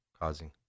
causing